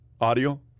Audio